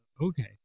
okay